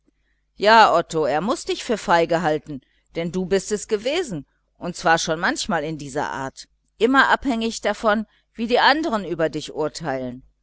ja otto er muß dich dafür halten denn du bist es gewesen und zwar schon manchmal in dieser art immer abhängig davon wie die anderen über dich urteilen